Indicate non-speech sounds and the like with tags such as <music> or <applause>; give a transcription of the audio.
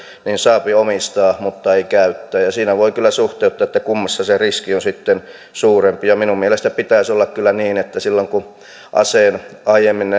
saa omistaa mutta ei käyttää siinä voi kyllä suhteuttaa kummassa se riski on sitten suurempi minun mielestäni pitäisi olla kyllä niin että silloin kun aseen aiemmin <unintelligible>